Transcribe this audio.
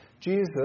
Jesus